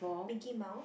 Mickey Mouse